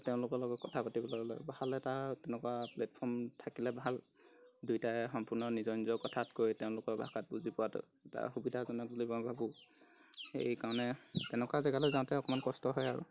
তেওঁলোকৰ লগত কথা পাতিবলৈ হ'লে ভাল এটা তেনেকুৱা প্লেটফৰ্ম থাকিলে ভাল দুইটাই সম্পূৰ্ণ নিজৰ নিজৰ কথাতকৈ তেওঁলোকৰ ভাষাত বুজি পোৱাটো এটা সুবিধাজনক বুলি মই ভাবোঁ সেইকাৰণে তেনেকুৱা জেগালৈ যাওঁতে অকণমান কষ্ট হয় আৰু